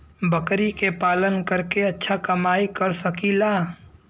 बकरी के पालन करके अच्छा कमाई कर सकीं ला?